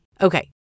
Okay